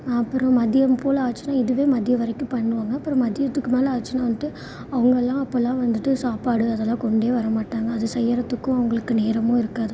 அப்புறம் மதியம் போல் ஆச்சுனால் இதுவே மதியம் வரைக்கும் பண்ணுவாங்க அப்புறம் மதியத்துக்கு மேலே ஆச்சுனால் வந்துட்டு அவங்களலாம் அப்பெல்லாம் வந்துட்டு சாப்பாடு அதெல்லாம் கொண்டே வர மாட்டாங்க அது செய்கிறதுக்கும் அவர்களுக்கு நேரமும் இருக்காது